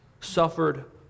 suffered